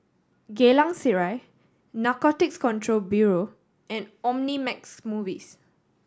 Geylang Serai Narcotics Control Bureau and Omnimax Movies